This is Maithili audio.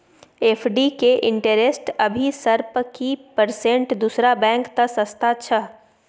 एफ.डी के इंटेरेस्ट अभी सर की परसेंट दूसरा बैंक त सस्ता छः?